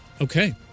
Okay